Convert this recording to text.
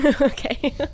Okay